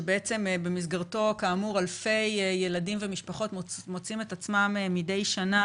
שבמסגרתו אלפי ילדים ומשפחות מוצאים את עצמם מדי שנה